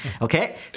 okay